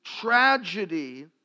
tragedy